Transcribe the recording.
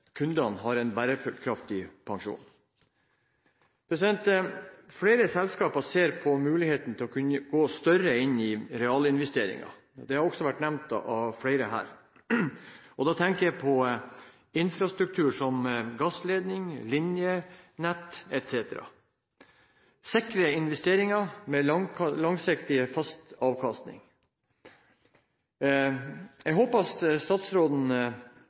kundene har en bærekraftig pensjon. Flere selskaper ser på muligheten til å kunne gå større inn i realinvesteringer. Det har også vært nevnt av flere her. Da tenker jeg på infrastruktur som gassledning, linjenett etc. – sikre investeringer med langsiktig, fast avkastning. Jeg håper at statsråden